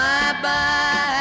Bye-bye